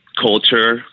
Culture